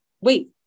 wait